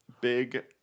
big